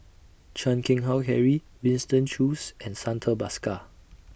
Chan Keng Howe Harry Winston Choos and Santha Bhaskar